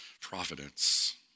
providence